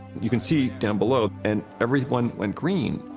you can see down below, and everyone went green,